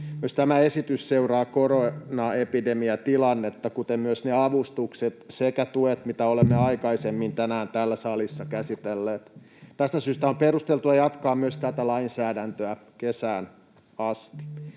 Myös tämä esitys seuraa koronaepidemiatilannetta, kuten myös ne avustukset sekä tuet, mitä olemme aikaisemmin tänään täällä salissa käsitelleet. Tästä syystä on perusteltua jatkaa myös tätä lainsäädäntöä kesään asti.